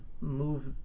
move